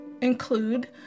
include